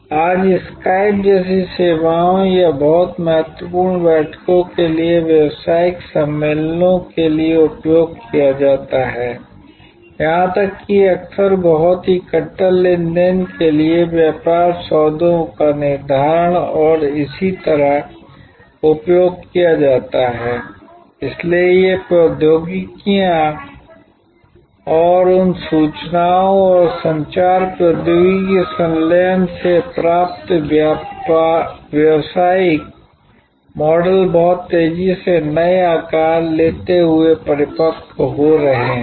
आज स्काइप जैसी सेवाओं या बहुत महत्वपूर्ण बैठकों के लिए व्यावसायिक सम्मेलनों के लिए उपयोग किया जाता है यहां तक कि अक्सर बहुत ही कट्टर लेनदेन के लिए व्यापार सौदों का निर्धारण और इसी तरह उपयोग किया जाता हैI इसलिए ये प्रौद्योगिकियां और उन सूचनाओं और संचार प्रौद्योगिकी संलयन से प्राप्त व्यावसायिक मॉडल बहुत तेजी से नए आकार लेते हुए परिपक्व हो रहे हैं